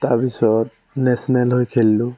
তাৰপিছত নেচনেল হৈ খেলিলোঁ